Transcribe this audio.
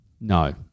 no